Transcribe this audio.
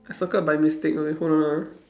I circled by mistake okay hold on ah